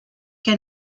que